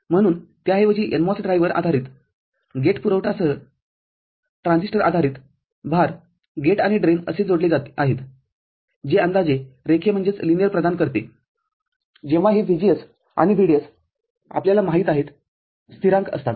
म्हणून त्याऐवजी NMOS ड्राइवरआधारित गेट पुरवठासह ट्रान्झिस्टर आधारित भार गेट आणि ड्रेन असे जोडले आहेत जे अंदाजे रेखीय प्रदान करते जेव्हा हे VGS आणि VDS आपल्याला माहित आहे स्थिरांक असतात